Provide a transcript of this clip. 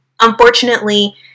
Unfortunately